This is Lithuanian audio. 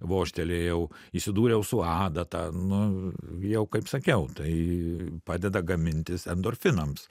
vožtelėjau įsidūriau su adata nu jau kaip sakiau tai padeda gamintis endorfinams